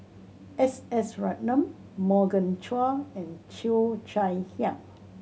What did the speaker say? S S Ratnam Morgan Chua and Cheo Chai Hiang